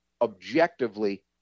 objectively